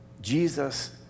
Jesus